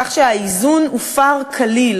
כך שהופר כליל